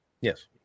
Yes